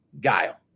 Guile